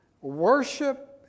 Worship